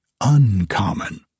uncommon